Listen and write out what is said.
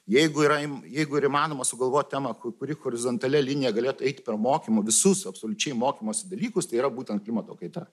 jeigu yra im jeigu ir įmanoma sugalvot temą ku kuri horizontalia linija galėtų eiti per mokymų visus absoliučiai mokymosi dalykus tai yra būtent klimato kaita